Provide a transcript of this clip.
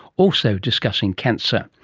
also discussing cancer.